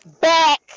back